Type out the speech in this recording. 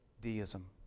deism